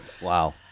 Wow